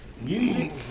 Music